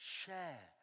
share